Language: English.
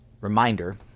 Reminder